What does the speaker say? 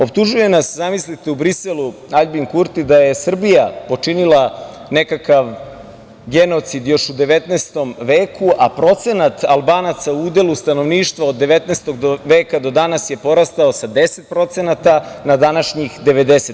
Optužuje nas, zamislite u Briselu, Aljbin Kurti da je Srbija počinila nekakav genocid još u 19. veku, a procenat Albanaca u udelu stanovništva od 19. veka do danas je porastao sa 10% na današnjih 90%